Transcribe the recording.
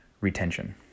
retention